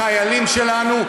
החיילים שלנו,